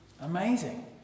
Amazing